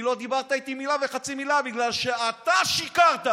לא דיברת איתי מילה וחצי מילה, בגלל שאתה שיקרת.